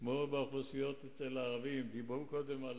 כמו אוכלוסיית הערבים, דיברו קודם על